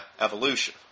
evolution